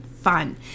fun